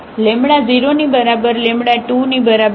lambda 0 ની બરાબર lambda 2 ની બરાબર છે